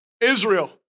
Israel